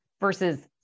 versus